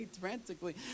frantically